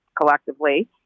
collectively